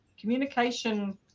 communication